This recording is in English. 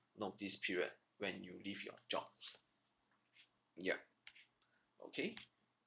notice period when you leave your job yup okay